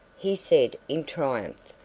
he said in triumph,